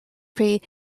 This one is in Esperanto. pri